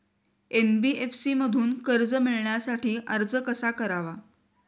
NBFC मधून कर्ज मिळवण्यासाठी अर्ज कसा करावा?